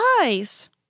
eyes